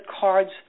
cards